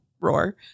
roar